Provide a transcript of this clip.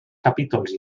capítols